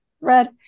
Red